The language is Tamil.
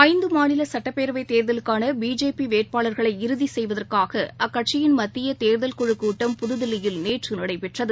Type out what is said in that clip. ஐந்தமாநிலசட்டப்பேரவைத் தேர்தலுக்கானபிஜேபிவேட்பாளர்களை இறுதிசெய்வதற்காகஅக்கட்சியின் மத்தியதேர்தல் குழுக் கூட்டம் புதுதில்லியில் நேற்றுநடைபெற்றது